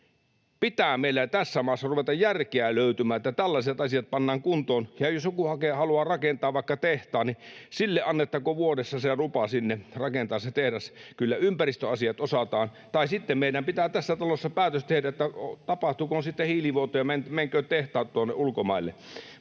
Pitää meillä tässä maassa ruveta järkeä löytymään, että tällaiset asiat pannaan kuntoon. Ja jos joku haluaa rakentaa vaikka tehtaan, niin sille annettakoon vuodessa lupa rakentaa se tehdas sinne. Kyllä ympäristöasiat osataan. Tai sitten meidän pitää tässä talossa tehdä päätös, että tapahtukoon sitten hiilivuoto ja menkööt tehtaat tuonne ulkomaille.